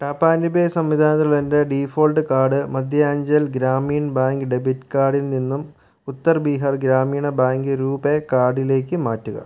tap and pay സംവിധാനം എൻ്റെ default card Madhyanchal Gramin bank debit കാർഡിൽ നിന്നും ഉത്തർ ബീഹാർ ഗ്രാമീണ ബാങ്ക് റുപേ കാർഡിലേക്ക് മാറ്റുക